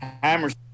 Hammers